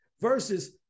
Versus